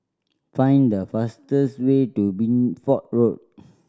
find the fastest way to Bideford Road